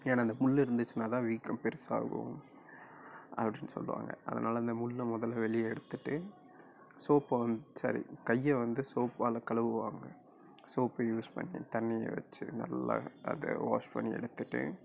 ஏன்னா அந்த முள் இருந்துச்சுனா தான் வீக்கம் பெருசாகும் அப்படினு சொல்வாங்க அதனால அந்த முள்ளை மொதலில் வெளியே எடுத்துட்டு சோப்பு வந்து சாரி கையை வந்து சோப்பால் கழுவுவாங்க சோப்பு யூஸ் பண்ணி தண்ணியை வைச்சி நல்லா அதை வாஷ் பண்ணி எடுத்துட்டு